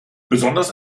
besonders